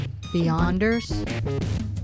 Beyonders